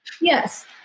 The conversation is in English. yes